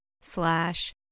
slash